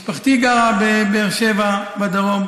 משפחתי גרה בבאר שבע בדרום,